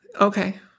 okay